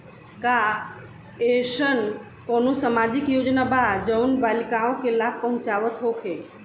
का एइसन कौनो सामाजिक योजना बा जउन बालिकाओं के लाभ पहुँचावत होखे?